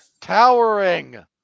Towering